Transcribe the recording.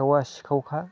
सिखावा सिखावखा